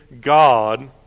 God